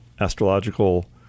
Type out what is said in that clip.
astrological